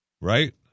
right